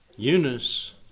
Eunice